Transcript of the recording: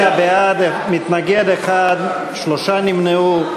46 בעד, מתנגד אחד, שלושה נמנעו.